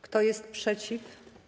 Kto jest przeciw?